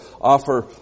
offer